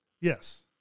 Yes